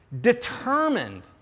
determined